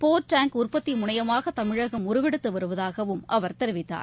போர் tank உற்பத்தி முனையமாக தமிழகம் உருவெடுத்து வருவதாகவும் அவர் தெரிவித்தார்